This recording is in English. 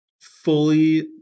fully